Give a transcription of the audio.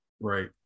right